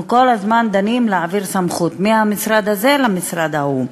אנחנו כל הזמן דנים בהעברת סמכות מהמשרד הזה למשרד ההוא.